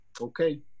Okay